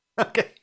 Okay